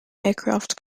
aircraft